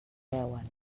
veuen